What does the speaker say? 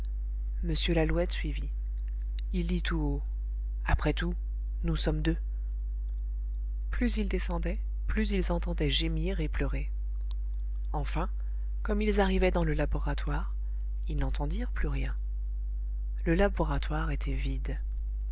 m lalouette suivit il dit tout haut après tout nous sommes deux plus ils descendaient plus ils entendaient gémir et pleurer enfin comme ils arrivaient dans le laboratoire ils n'entendirent plus rien le laboratoire était vide